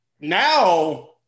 Now